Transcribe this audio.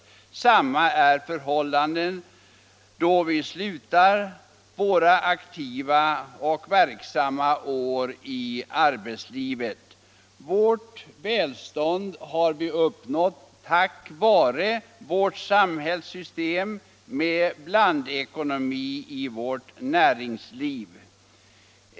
Detsamma är förhållandet då vi slutar våra aktiva och verksamma år i arbetslivet. Vårt välstånd har vi uppnått tack vare vårt samhällssystem med blandekonomi i näringslivet.